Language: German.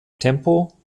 tempo